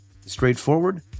straightforward